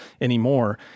anymore